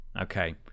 Okay